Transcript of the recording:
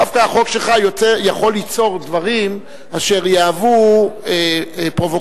דווקא החוק שלך יכול ליצור דברים שיהוו פרובוקציה,